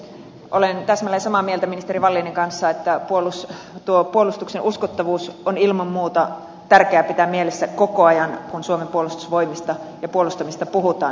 olen täsmälleen samaa mieltä ministeri wallinin kanssa että tuo puolustuksen uskottavuus on ilman muuta tärkeää pitää mielessä koko ajan kun suomen puolustusvoimista ja puolustamisesta puhutaan